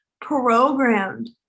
programmed